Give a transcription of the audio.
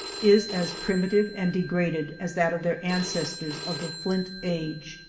is as primitive and degraded as that of their ancestors of the flint age.